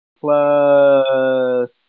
Plus